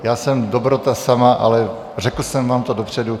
Já jsem dobrota sama, ale řekl jsem vám to dopředu.